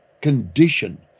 condition